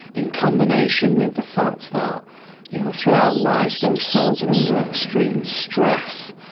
in combination with the fact that you know throughout life those cells are under extreme stress,